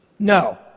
No